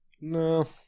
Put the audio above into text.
No